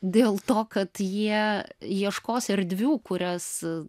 dėl to kad jie ieškos erdvių kurias